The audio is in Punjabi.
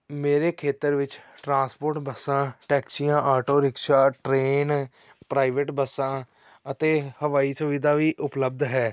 ਮੇਰੇ ਖੇਤਰ ਵਿੱਚ ਟਰਾਂਸਪੋਰਟ ਬੱਸਾਂ ਟੈਕਸੀਆਂ ਆਟੋ ਰਿਕਸ਼ਾ ਟਰੇਨ ਪ੍ਰਾਈਵੇਟ ਬੱਸਾਂ ਅਤੇ ਹਵਾਈ ਸੁਵਿਧਾ ਵੀ ਉਪਲਬਧ ਹੈ